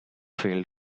failed